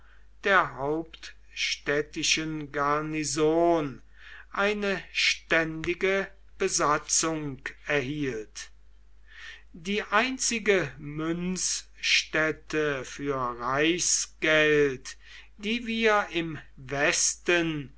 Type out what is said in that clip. der hauptstädtischen garnison eine ständige besatzung erhielt die einzige münzstätte für reichsgeld die wir im westen